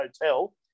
Hotel